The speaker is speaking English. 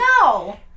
No